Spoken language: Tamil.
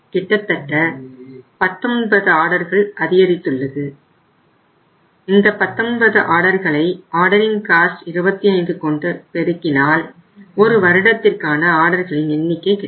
கிட்டத்தட்ட 19 ஆர்டர்கள் அதிகரித்துள்ளது இந்த 19 ஆர்டர்களை ஆர்டரிங் காஸ்ட் 25 கொண்டு பெருக்கினால் ஒரு வருடத்திற்கான ஆர்டர்களின் எண்ணிக்கை கிடைக்கும்